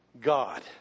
God